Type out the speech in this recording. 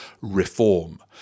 reform